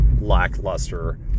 lackluster